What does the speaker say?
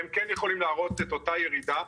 הם כן יכולים להראות את אותה ירידה,